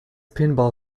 pinball